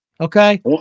Okay